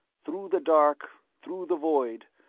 through the dark, through the void,